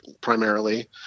primarily